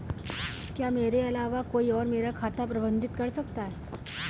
क्या मेरे अलावा कोई और मेरा खाता प्रबंधित कर सकता है?